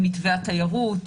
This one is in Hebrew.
עם מתווה התיירות,